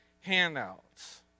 handouts